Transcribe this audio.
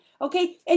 Okay